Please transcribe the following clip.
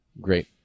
great